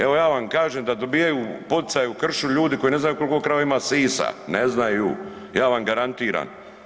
Evo ja vam kaže da dobijaju poticaje u kršu ljudi koji ne znaju koliko krava ima sisa, ne znaju ja vam garantiram.